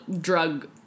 drug